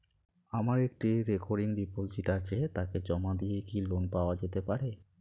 আমার একটি recurring deposit আছে তাকে জমা দিয়ে কি লোন পাওয়া যেতে পারে?